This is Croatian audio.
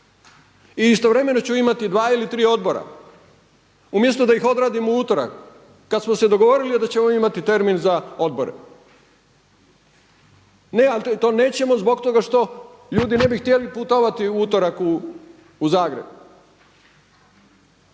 I istovremeno ću imati dva ili tri odbora. Umjesto da ih odradim u utorak kada smo se dogovorili da ćemo imati termin za odbore. Ne, ali to nećemo zbog toga što ljudi ne bi htjeli putovati u utorak u Zagreb.